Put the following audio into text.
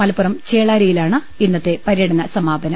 മലപ്പുറം ചേളാരിയിലാണ് ഇന്നത്തെ പര്യടന് സമാപനം